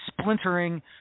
splintering